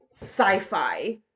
sci-fi